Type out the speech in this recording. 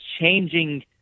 changing